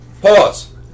Pause